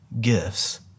gifts